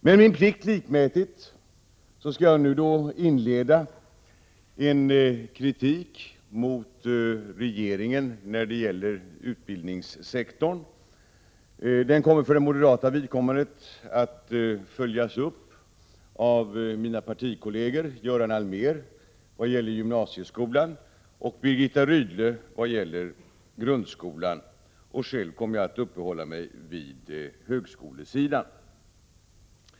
Min plikt likmätigt skall jag nu inleda en kritik mot regeringen när det gäller utbildningssektorn. Den kritiken kommer för det moderata vidkom mandet att följas upp av mina partikolleger Göra Allmér i vad gäller gymnasieskolan och av Birgitta Rydle i vad gäller grundskolan. Själv kommer jag att uppehålla mig vid högskolan.